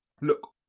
look